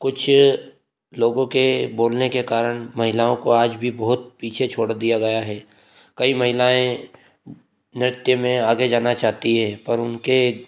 कुछ लोगों के बोलने के कारण महिलाओं को आज भी बहुत पीछे छोड़ दिया गया है कई महिलाएँ नृत्य में आगे जाना चाहती है पर उनके